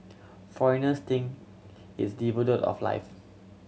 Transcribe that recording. foreigners think it's devoid of life